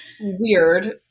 Weird